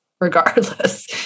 Regardless